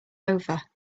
over